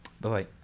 Bye-bye